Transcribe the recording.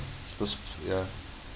those ya